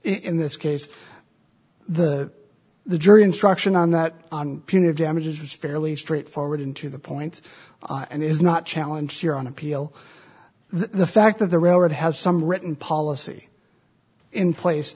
in this case the the jury instruction on that on punitive damages is fairly straight forward into the point and is not challenge here on appeal the fact that the railroad has some written policy in place